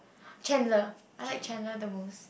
Chandler I like Chandler the most